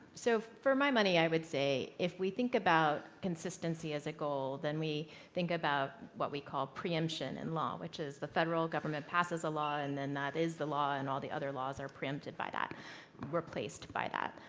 so for my money i would say, if we think about consistency as a goal, then we think about what we call preemption in law, which is the federal government passes a law and then that is the law and all the other laws are preempted by that or replaced by that.